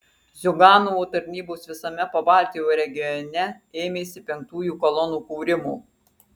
ziuganovo tarnybos visame pabaltijo regione ėmėsi penktųjų kolonų kūrimo